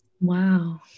Wow